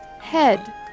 Head